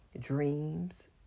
dreams